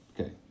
Okay